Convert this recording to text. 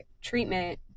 treatment